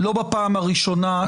לא בפעם הראשונה,